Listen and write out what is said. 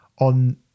on